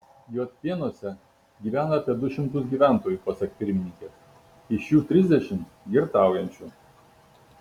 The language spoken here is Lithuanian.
juodpėnuose gyvena apie du šimtus gyventojų pasak pirmininkės iš jų trisdešimt girtaujančių